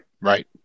Right